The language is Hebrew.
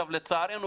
לצערנו,